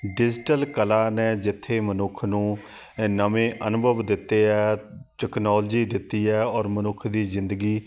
digital ਕਲਾ ਨੇ ਜਿੱਥੇ ਮਨੁੱਖ ਨੂੰ ਨਵੇਂ ਅਨੁਭਵ ਦਿੱਤੇ ਹੈ ਟੈਕਨੋਲਜੀ ਦਿੱਤੀ ਹੈ ਔਰ ਮਨੁੱਖ ਦੀ ਜ਼ਿੰਦਗੀ